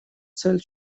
цель